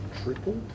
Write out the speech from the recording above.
Triple